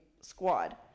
squad